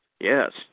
Yes